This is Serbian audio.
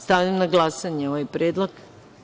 Stavljam na glasanje ovaj predlog.